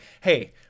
hey